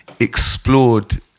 Explored